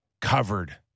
covered